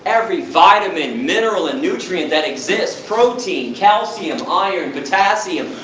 every vitamin, mineral and nutrient that exists. protein, calcium, iron, potassium,